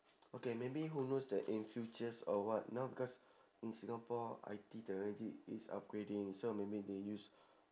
okay maybe who knows that in futures or what now because in singapore I_T already is upgrading so maybe they use